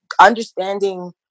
understanding